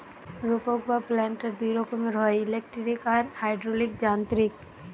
রোপক বা প্ল্যান্টার দুই রকমের হয়, ইলেকট্রিক আর হাইড্রলিক যান্ত্রিক